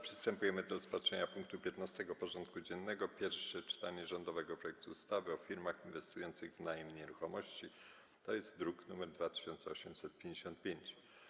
Przystępujemy do rozpatrzenia punktu 15. porządku dziennego: Pierwsze czytanie rządowego projektu ustawy o firmach inwestujących w najem nieruchomości (druk nr 2855)